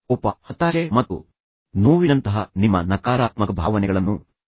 ಕೋಪ ಹತಾಶೆ ಮತ್ತು ನೋವಿನಂತಹ ನಿಮ್ಮ ನಕಾರಾತ್ಮಕ ಭಾವನೆಗಳನ್ನು ನೀವು ನಿಯಂತ್ರಿಸಬಹುದೇ